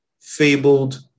fabled